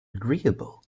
agreeable